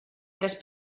tres